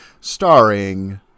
starring